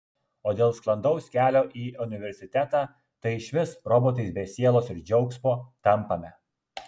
o dėl sklandaus kelio į universitetą tai išvis robotais be sielos ir džiaugsmo tampame